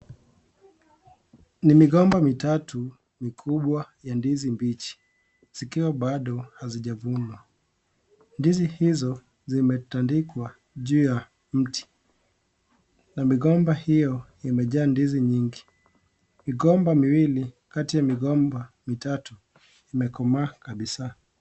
Ni migomba mitatu mikubwa ya ndizi mbichi zikiwa bado hazijafunwa, ndizi hizo zimetandikwa juu ya mti na migomba hio imejaa ndizi mingi, migomba miwili kati ya migomba mitatu imekomaa kabisa.